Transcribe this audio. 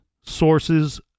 sources